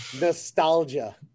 nostalgia